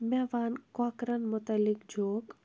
مےٚ وَن کۄکرن مُتعلق جوک